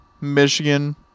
Michigan